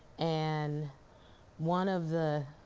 and one of the